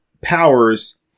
powers